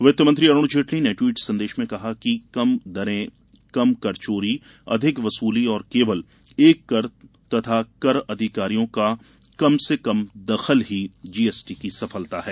वित्तमंत्री अरुण जेटर्ली ने ट्वीट संदेश में कहा कि कम दरें कम कर चोरी अधिक वसूली और केवल एक कर तथा कर अधिकारियों का कम से कम दखल ही जीएसटी की सफलता है